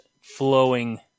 flowing